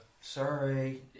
Sorry